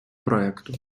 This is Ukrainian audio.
проекту